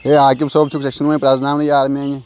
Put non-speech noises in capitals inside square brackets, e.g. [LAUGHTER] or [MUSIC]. یے عاقِب صٲب [UNINTELLIGIBLE] پرٛٮ۪زناونٕے یارٕ میٛانہِ